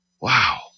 Wow